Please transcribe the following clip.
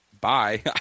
Bye